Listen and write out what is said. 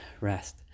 rest